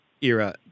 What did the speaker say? era